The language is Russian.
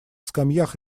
скамьях